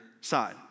side